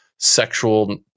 sexual